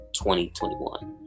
2021